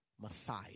Messiah